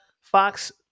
Fox